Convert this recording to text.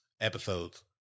episodes